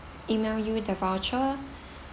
E-mail you the voucher